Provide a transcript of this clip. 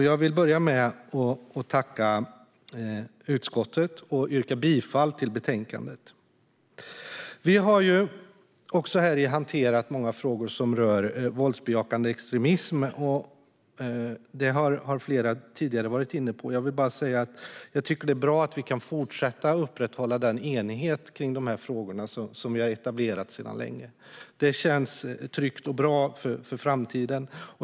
Jag vill tacka utskottet, och jag yrkar bifall till utskottets förslag. Vi har hanterat många frågor som rör våldsbejakande extremism. Detta har flera tidigare varit inne på, men jag vill säga att jag tycker att det är bra att vi kan fortsätta att upprätthålla den enighet kring dessa frågor som har etablerats sedan länge. Detta känns tryggt och bra inför framtiden.